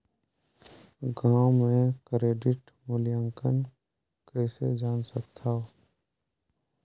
गांव म क्रेडिट मूल्यांकन कइसे जान सकथव?